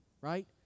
right